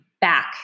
back